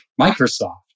Microsoft